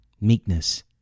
meekness